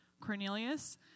Cornelius